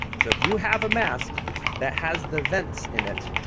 so if you have a mask that has the vents in it,